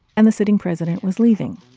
and the sitting president was leaving.